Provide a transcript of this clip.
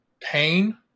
pain